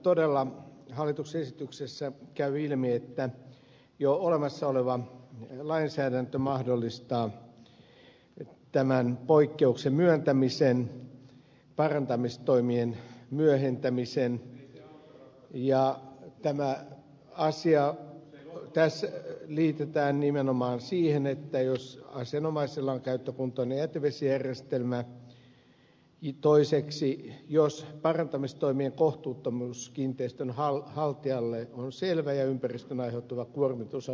todella hallituksen esityksestä käy ilmi että jo olemassa oleva lainsäädäntö mahdollistaa tämän poikkeuksen myöntämisen myös parantamistoimien myöhentämisen ja tämä asia liitetään nimenomaan siihen jos asianomaisella on käyttökuntoinen jätevesijärjestelmä ja toiseksi jos parantamistoimien kohtuuttomuus kiinteistönhaltijalle on selvä ja ympäristöön aiheutuva kuormitus on vähäistä